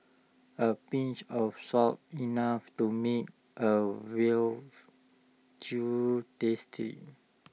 A pinch of salt enough to make A veal tasty